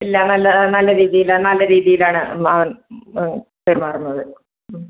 ഇല്ല നല്ല നല്ല രീതിയിലാണ് നല്ല രീതിയിലാണ് അവൻ ആ പെരുമാറുന്നത് ഉം